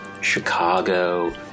Chicago